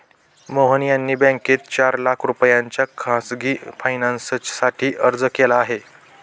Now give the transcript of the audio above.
मोहन यांनी बँकेत चार लाख रुपयांच्या खासगी फायनान्ससाठी अर्ज केला आहे